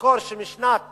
נזכור שמשנת